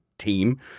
team